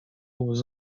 was